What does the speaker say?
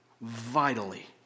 vitally